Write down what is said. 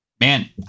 Man